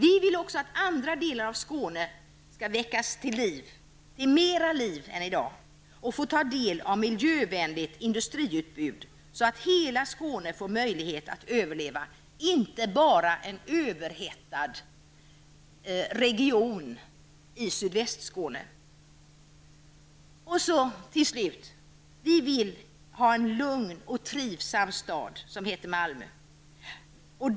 Vi vill att också andra delar av Skåne skall väckas till mer liv än i dag och få ta del av ett miljövänligt industriutbud så att hela och inte bara en överhettad region i Sydvästskåne få möjlighet att överleva. Till slut: Vi vill ha en lugn och trivsam stad som heter Malmö.